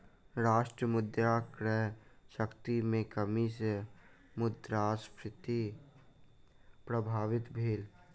राष्ट्र मुद्रा क्रय शक्ति में कमी सॅ मुद्रास्फीति प्रभावित भेल